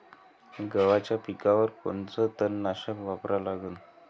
गव्हाच्या पिकावर कोनचं तननाशक वापरा लागन?